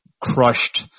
crushed